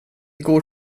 går